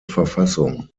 verfassung